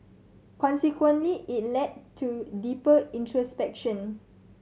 consequently it led to deeper introspection